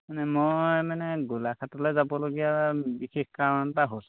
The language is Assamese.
মানে মই মানে গোলাঘাটলৈ যাবলগীয়া বিশেষ কাৰণ এটা হ'ল